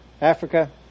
Africa